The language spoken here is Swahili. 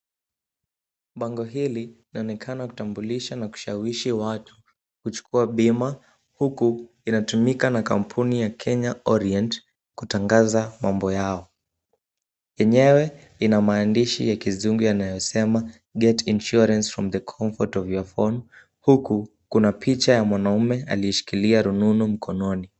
Bango hili laonekana kutambulisha na kushawishi watu kuchukua bima huku inatumika na kampuni ya Kenya orient kutangaza mambo yao. Enyewe ina maandishi ya kizungu yanayosema get insurance from the comfort of your phone huku kuna picha ya mwanamume aliyeshikilia rununu mkononi.